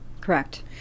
Correct